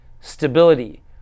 stability